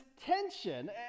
tension